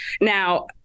now